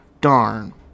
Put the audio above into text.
darn